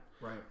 Right